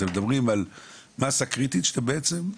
אתם מדברים על מסה קריטית שאתם בעצם,